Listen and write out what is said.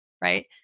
right